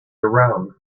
around